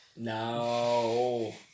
No